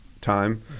time